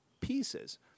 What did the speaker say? pieces